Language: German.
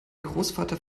großvater